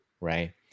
right